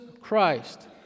Christ